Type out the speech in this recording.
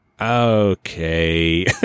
okay